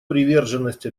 приверженность